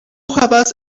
havas